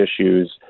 issues